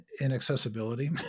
inaccessibility